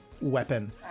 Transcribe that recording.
weapon